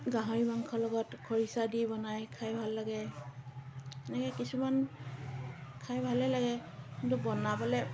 গাহৰি মাংস লগত খৰিচা দি বনাই খাই ভাল লাগে এনেকৈ কিছুমান খাই ভালে লাগে কিন্তু বনাবলৈ